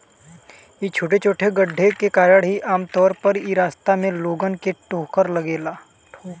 इ छोटे छोटे गड्ढे के कारण ही आमतौर पर इ रास्ता में लोगन के ठोकर लागेला